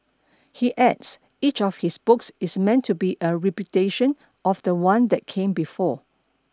he adds each of his books is meant to be a repudiation of the one that came before